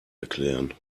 erklären